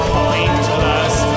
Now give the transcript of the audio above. pointless